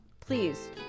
please